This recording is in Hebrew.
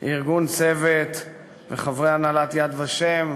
צוות וחברי הנהלת "יד ושם",